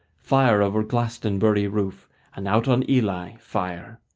fire over glastonbury roof and out on ely, fire.